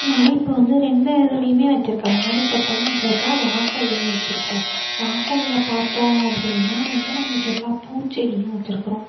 நான் இப்போ வந்து ரெண்டு இதுலேயுமே வச்சிருக்கேன் மாடி தோட்டமும் வச்சிருக்கேன் வாசல்லேயும் வச்சிருக்கோம் வாசல்ல பார்த்தோம் அப்படின்னா வந்து நம்மளுக்கு எல்லா பூச்செடியும் வச்சிருக்கறோம்